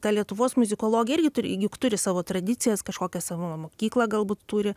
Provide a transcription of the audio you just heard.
ta lietuvos muzikologija irgi turi juk turi savo tradicijas kažkokią savo mokyklą galbūt turi